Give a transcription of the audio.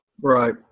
Right